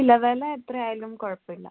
ഇല്ല വില എത്രയായാലും കുഴപ്പമില്ല